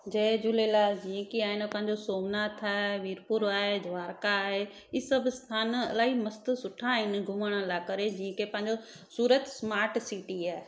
जय झूलेलाल जी कीअं आहे न पंहिंजो सोमनाथ आहे विरपुर आहे द्वारका आहे ई सभु स्थान इलाही मस्तु सुठा आहिनि घुमण लाइ करे जी के पंहिंजो सूरत स्माट सिटी आहे